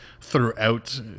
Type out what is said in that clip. throughout